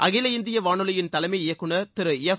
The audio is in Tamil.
அகில இந்திய வானொலியின் தலைமை இயக்குநர் திரு எஃப்